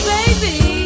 Baby